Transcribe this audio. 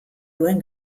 duen